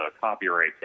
copyright